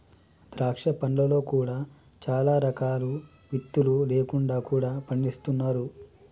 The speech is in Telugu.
ద్రాక్ష పండ్లలో కూడా చాలా రకాలు విత్తులు లేకుండా కూడా పండిస్తున్నారు